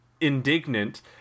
indignant